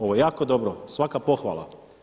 Ovo je jako dobro, svaka pohvala.